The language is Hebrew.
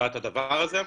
לטובת הדבר הזה.